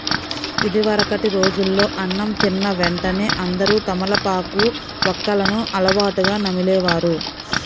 ఇదివరకటి రోజుల్లో అన్నం తిన్న వెంటనే అందరూ తమలపాకు, వక్కలను అలవాటుగా నమిలే వారు